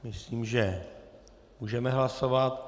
Myslím, že můžeme hlasovat.